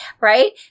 Right